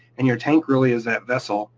and your tank really is that vessel